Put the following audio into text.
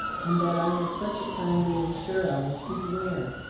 and that i have such a time being sure of, is where.